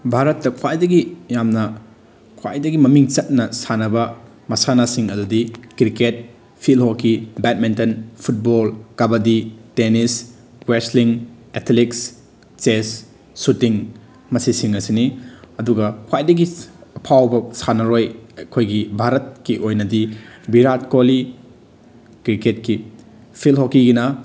ꯚꯥꯔꯠꯇ ꯈ꯭ꯋꯥꯏꯗꯒꯤ ꯌꯥꯝꯅ ꯈ꯭ꯋꯥꯏꯗꯒꯤ ꯃꯃꯤꯡ ꯆꯠꯅ ꯁꯥꯟꯅꯕ ꯃꯁꯥꯟꯅꯁꯤꯡ ꯑꯗꯨꯗꯤ cricket field hockey badminton football kabaddi tennis wrestling athletics chess shooting ꯃꯁꯤꯁꯤꯡ ꯑꯁꯤꯅꯤ ꯑꯗꯨꯒ ꯈ꯭ꯋꯥꯏꯗꯒꯤ ꯑꯐꯥꯎꯕ ꯁꯥꯟꯅꯔꯣꯏ ꯑꯩꯈꯣꯏꯒꯤ ꯚꯥꯔꯠꯀꯤ ꯑꯣꯏꯅꯗꯤ ꯚꯤꯔꯥꯠ ꯀꯣꯂꯤ ꯀ꯭ꯔꯤꯛꯀꯦꯠꯀꯤ ꯐꯤꯜ ꯍꯣꯛꯀꯤꯒꯤꯅ